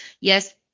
Yes